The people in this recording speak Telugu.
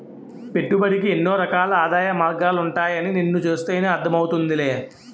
పెట్టుబడికి ఎన్నో రకాల ఆదాయ మార్గాలుంటాయని నిన్ను చూస్తేనే అర్థం అవుతోందిలే